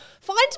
find